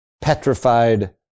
petrified